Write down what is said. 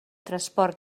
transport